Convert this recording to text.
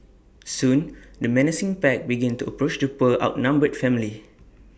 soon the menacing pack began to approach the poor outnumbered family